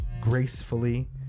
gracefully